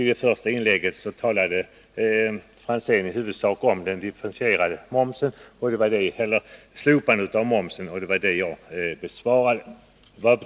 I sitt första inlägg talade Tommy Franzén i huvudsak om slopandet av momsen, och det var detta jag tog upp.